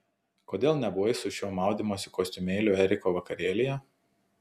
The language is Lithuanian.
kodėl nebuvai su šiuo maudymosi kostiumėliu eriko vakarėlyje